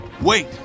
Wait